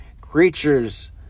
creatures